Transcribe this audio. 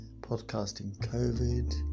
podcastingcovid